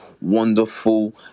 wonderful